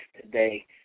today